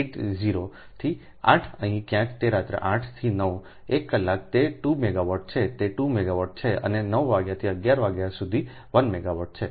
8 0 થી 8 અહીં ક્યાંક તો રાત્રે 8 થી 91 કલાક તે 2 મેગાવોટ છે તે 2 મેગાવાટ છે અને 9 વાગ્યાથી 11 વાગ્યા સુધી 1 મેગાવાટ છે